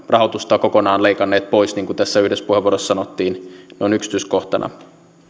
rahoitusta kokonaan leikanneet pois niin kuin tässä yhdessä puheenvuorossa sanottiin noin yksityiskohtana